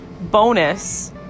bonus